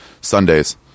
Sundays